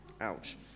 ouch